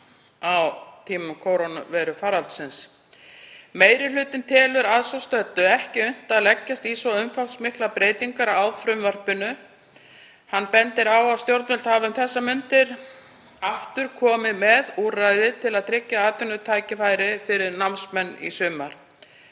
á tímum kórónuveirufaraldurs. Meiri hlutinn telur að svo stöddu ekki unnt að leggjast í svo umfangsmiklar breytingar á frumvarpinu. Hann bendir á að stjórnvöld hafi um þessar mundir aftur komið með úrræði til að tryggja atvinnutækifæri fyrir námsmenn um sumar.